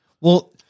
Well-